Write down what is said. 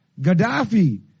Gaddafi